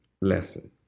lesson